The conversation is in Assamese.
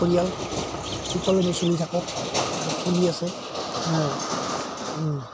পৰিয়াল সকলোৱে চিনি থাকে চলি আছে আৰু